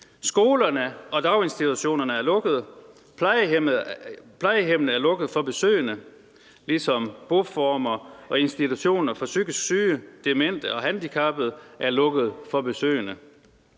Skolerne og daginstitutionerne er lukket, og plejehjemmene er lukket for besøgende, ligesom boformer og institutioner for psykisk syge, demente og handicappede er lukket for besøgende.